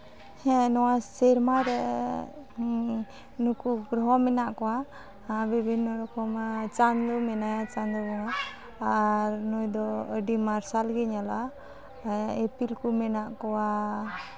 ᱦᱮᱸ ᱱᱚᱣᱟ ᱥᱮᱨᱢᱟ ᱨᱮ ᱱᱩᱠᱩ ᱜᱨᱚᱦᱚ ᱢᱮᱱᱟᱜ ᱠᱚᱣᱟ ᱟᱨ ᱵᱤᱵᱷᱤᱱᱱᱚ ᱨᱚᱠᱚᱢ ᱪᱟᱸᱫᱚ ᱢᱮᱱᱟᱭᱟ ᱪᱟᱸᱫᱚ ᱵᱚᱸᱜᱟ ᱟᱨ ᱱᱩᱭ ᱫᱚ ᱟᱹᱰᱤ ᱢᱟᱨᱥᱟᱞ ᱜᱮ ᱧᱮᱞᱚᱜ ᱟᱭ ᱤᱯᱤᱞ ᱠᱚ ᱢᱮᱱᱟᱜ ᱠᱚᱣᱟ